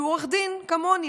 שהוא עורך דין כמוני,